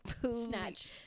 snatch